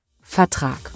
Vertrag